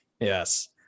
Yes